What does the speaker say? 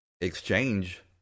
exchange